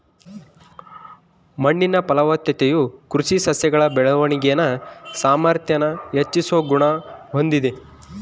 ಮಣ್ಣಿನ ಫಲವತ್ತತೆಯು ಕೃಷಿ ಸಸ್ಯಗಳ ಬೆಳವಣಿಗೆನ ಸಾಮಾರ್ಥ್ಯಾನ ಹೆಚ್ಚಿಸೋ ಗುಣ ಹೊಂದಿದೆ